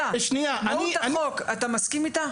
מהות החוק, אתה מסכים איתה?